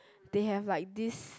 they have like this